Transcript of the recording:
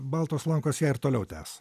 baltos lankos ją ir toliau tęs